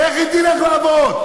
איך היא תלך לעבוד?